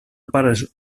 pares